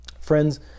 Friends